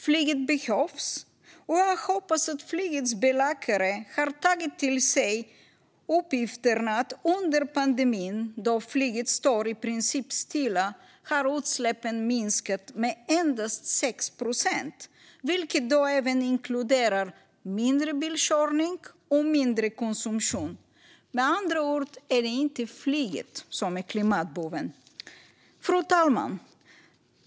Flyget behövs, och jag hoppas att flygets belackare har tagit till sig uppgifterna att under pandemin, då flyget står i princip stilla, har utsläppen minskat med endast 6 procent, vilket även inkluderar mindre bilkörning och mindre konsumtion. Med andra ord är det inte flyget som är klimatboven. Fru talman!